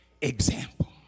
example